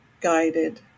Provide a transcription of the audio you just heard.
guided